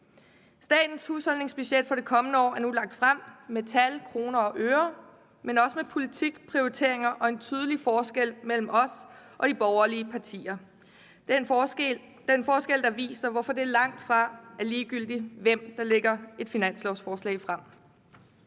Statens husholdningsbudget for det kommende år er nu lagt frem ikke bare i form af tal – kroner og øre – men også i form af politik, prioriteringer og en tydelig forskel på os og de borgerlige partier. Det er den forskel, der viser, hvorfor det langtfra er ligegyldigt, hvem der fremsætter et finanslovsforslag.